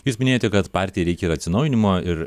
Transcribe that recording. jūs minėjote kad partijai reikia ir atsinaujinimo ir